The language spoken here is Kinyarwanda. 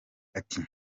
ati